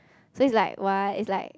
so it's like !wah! it's like